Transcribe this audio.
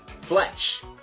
Fletch